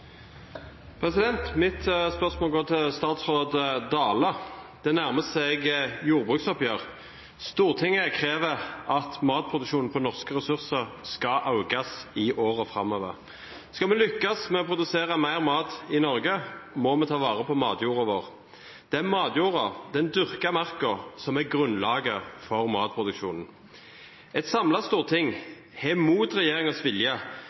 statsråd Dale. Det nærmer seg jordbruksoppgjør. Stortinget krever at matproduksjonen på norske ressurser skal økes i årene framover. Skal vi lykkes med å produsere mer mat i Norge, må vi ta vare på matjorda vår. Det er matjorda, den dyrkede marka, som er grunnlaget for matproduksjonen. Et samlet storting har – mot regjeringens vilje